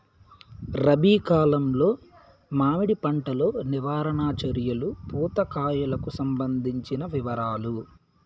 రబి కాలంలో మామిడి పంట లో నివారణ చర్యలు పూత కాయలకు సంబంధించిన వివరాలు?